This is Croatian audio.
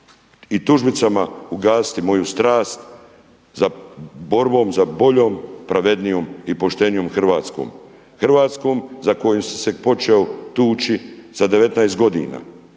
i tužbicama ugasiti moju strast za borbom, za boljom, pravednijom i poštenijom Hrvatskom, Hrvatskom za koju sam se počeo tući sa 19 godina,